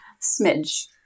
smidge